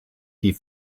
die